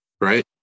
Right